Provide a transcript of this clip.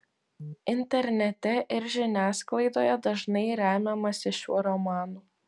internete ir žiniasklaidoje dažnai remiamasi šiuo romanu